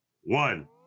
one